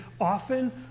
often